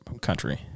country